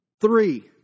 three